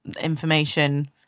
information